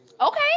Okay